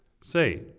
Say